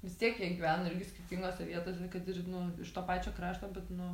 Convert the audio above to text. vis tiek jie gyvena irgi skirtingose vietose kad ir nu to pačio krašto bet nu